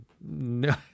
no